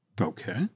Okay